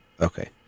Okay